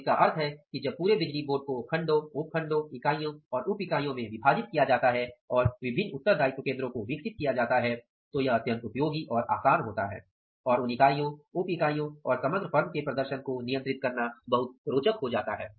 तो इसका मतलब है कि जब पूरे बिजली बोर्ड को खंडों उपखंडों इकाइयों और उपइकाइयों में विभाजित किया जाता है और विभिन्न उत्तरदायित्व केन्द्रों को विकसित किया जाता है तो यह अत्यंत उपयोगी और आसान होता है और उन इकाइयों उप इकाइयों और समग्र फर्म के प्रदर्शन को नियंत्रित करना बहुत रोचक होता है